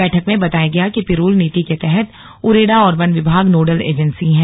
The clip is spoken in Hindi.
बैठक में बताया गया कि पिरूल नीति के तहत उरेडा और वन विभाग नोडल एजेंसी हैं